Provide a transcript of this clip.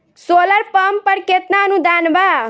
Solar pump पर केतना अनुदान बा?